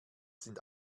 sind